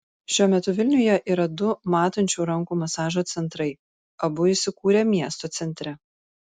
šiuo metu vilniuje yra du matančių rankų masažo centrai abu įsikūrę miesto centre